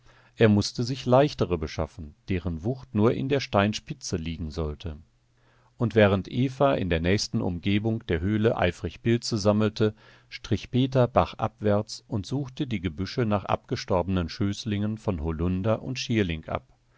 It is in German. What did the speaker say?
er mußte sich leichtere beschaffen deren wucht nur in der steinspitze liegen sollte und während eva in der nächsten umgebung der höhle eifrig pilze sammelte strich peter bachabwärts und suchte die gebüsche nach abgestorbenen schößlingen von holunder und schierling ab